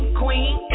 queen